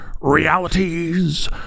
realities